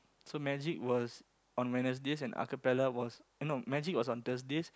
so magic was on Wednesdays and acapella was no magic was on Thursdays